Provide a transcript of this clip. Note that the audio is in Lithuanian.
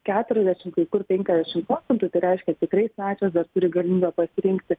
keturiasdešim kai kur penkiasdešim procentų tai reiškia tikrai svečias dar turi galimybę pasirinkti